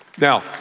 Now